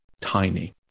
tiny